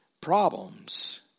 problems